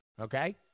okay –